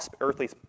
earthly